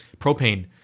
propane